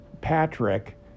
Patrick